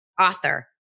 Author